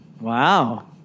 wow